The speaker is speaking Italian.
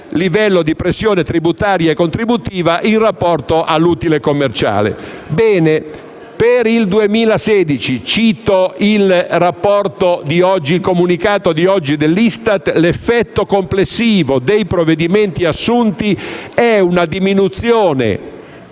per il 2016 - cito il comunicato di oggi dell'ISTAT - l'effetto complessivo dei provvedimenti assunti è una diminuzione